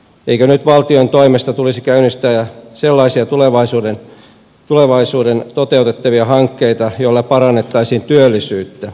eikö nyt valtion toimesta tulisi käynnistää sellaisia hankkeita joilla parannettaisiin työllisyyttä